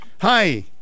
Hi